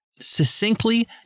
succinctly